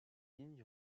ligne